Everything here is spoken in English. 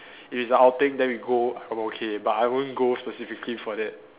if outing then we go I'm okay but I won't go specifically for that